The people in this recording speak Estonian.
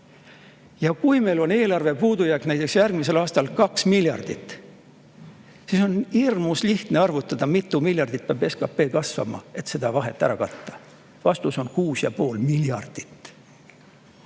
Kui meil on eelarve puudujääk näiteks järgmisel aastal 2 miljardit, siis on väga lihtne arvutada, kui mitu miljardit peab SKP kasvama, et seda vahet ära katta. Vastus on, et umbes 6,5 miljardit.